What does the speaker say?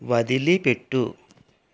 వదిలి పెట్టు